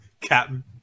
captain